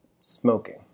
smoking